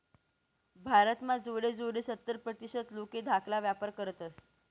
भारत म्हा जोडे जोडे सत्तर प्रतीसत लोके धाकाला व्यापार करतस